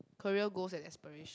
career goals and aspiration